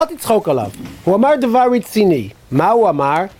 לא לצחוק עליו, הוא אמר דבר רציני. מה הוא אמר?